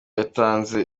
yatanze